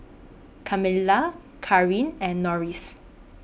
Kamilah Kareen and Norris